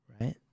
Right